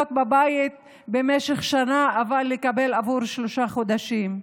בבית במשך שנה אבל לקבל בעבור שלושה חודשים.